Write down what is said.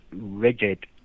rigid